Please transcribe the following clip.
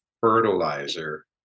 fertilizer